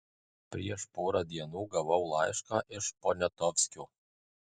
prieš porą dienų gavau laišką iš poniatovskio